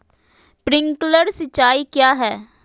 Sprinkler सिंचाई क्या है?